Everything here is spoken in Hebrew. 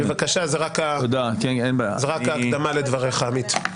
בבקשה, זו רק ההקדמה לדבריך, עמית.